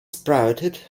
sprouted